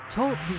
Talk